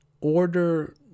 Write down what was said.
order